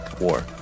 war